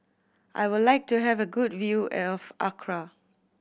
I would like to have a good view of Accra